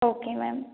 okay ma'am